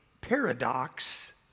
paradox